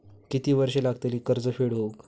किती वर्षे लागतली कर्ज फेड होऊक?